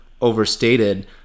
overstated